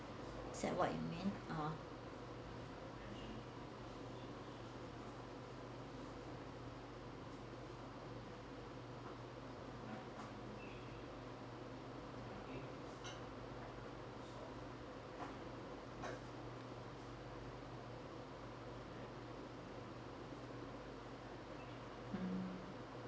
is that what you mean hmm